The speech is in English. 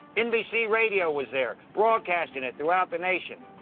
nbc radio was there, broadcasting it throughout the nation.